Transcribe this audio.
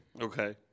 Okay